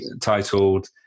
titled